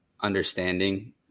understanding